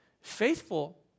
faithful